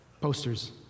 posters